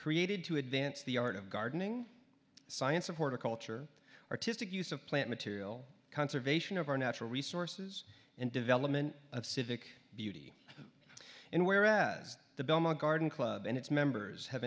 created to advance the art of gardening science of horticulture artistic use of plant material conservation of our natural resources and development of civic beauty and whereas the belmont garden club and its members have